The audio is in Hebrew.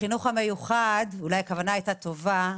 החינוך המיוחד אולי הכוונה היתה טובה.